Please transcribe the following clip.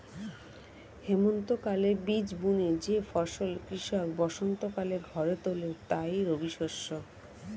হেমন্তকালে বীজ বুনে যে ফসল কৃষক বসন্তকালে ঘরে তোলে তাই রবিশস্য